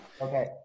Okay